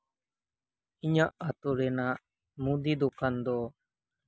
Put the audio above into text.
ᱤᱧᱟᱹᱜ ᱟᱹᱛᱩ ᱨᱮᱱᱟᱜ ᱢᱩᱫᱤ ᱫᱳᱠᱟᱱ ᱫᱚ